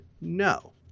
no